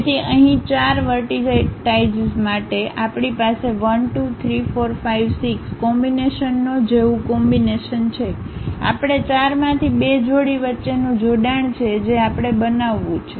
તેથી અહીં ચાર વર્ટિટાઈશીસ માટે આપણી પાસે 1 2 3 4 5 6 કોમ્બિનેશનનો જેવું કોમ્બિનેશન છે આપણે 4 માંથી 2 જોડી વચ્ચેનું જોડાણ છે જે આપણે બનાવવું છે